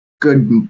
good